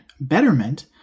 Betterment